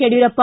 Yediyurappa